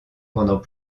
pendant